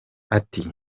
ati